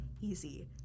easy